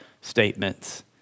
statements